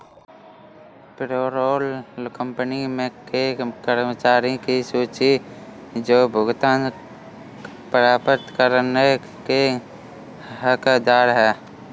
payroll company के कर्मचारियों की सूची है जो भुगतान प्राप्त करने के हकदार हैं